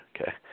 Okay